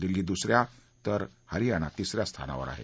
दिल्ली दुस या तर हरीयाणा तिस या स्थानावर आहे